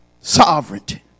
sovereignty